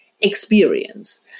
experience